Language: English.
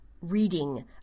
reading